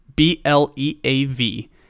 B-L-E-A-V